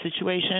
situation